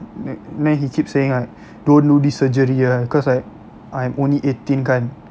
then then he keep saying like don't do this surgery ah cause like I'm only eighteen kan